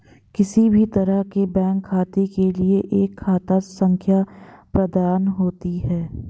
किसी भी तरह के बैंक खाते के लिये एक खाता संख्या प्रदत्त होती है